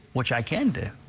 which i can do,